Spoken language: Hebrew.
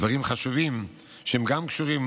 דברים חשובים שקשורים